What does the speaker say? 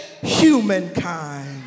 humankind